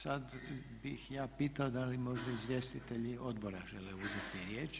Sad bih ja pitao da li možda izvjestitelji odbora žele uzeti riječ?